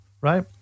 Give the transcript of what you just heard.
right